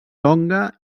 tonga